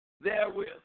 therewith